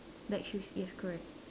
black shoes yes correct